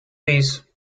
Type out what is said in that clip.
these